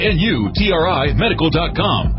N-U-T-R-I-Medical.com